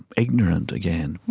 ignorant again,